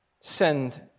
send